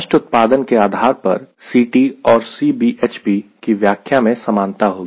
thrust उत्पादन के आधार पर Ct और Cbhp की व्याख्या में समानता होगी